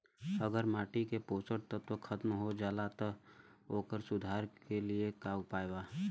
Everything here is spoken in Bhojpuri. अगर माटी के पोषक तत्व खत्म हो जात बा त ओकरे सुधार के लिए का उपाय बा?